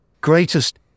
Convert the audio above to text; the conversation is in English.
greatest